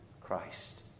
Christ